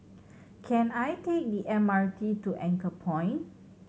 can I take the M R T to Anchorpoint